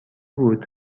بود